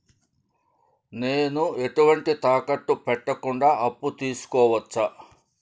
నేను ఎటువంటి తాకట్టు పెట్టకుండా అప్పు తీసుకోవచ్చా?